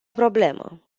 problemă